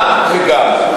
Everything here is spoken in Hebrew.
גם וגם.